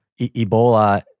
Ebola